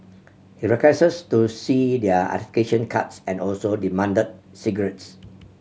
he to see their cards and also demand cigarettes